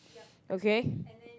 okay